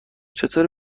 چطور